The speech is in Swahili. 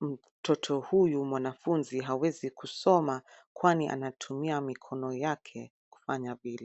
mtoto huyu mwanafunzi hawezi kusoma kwani anatumia mikono yake kufanya vile.